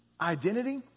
identity